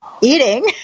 eating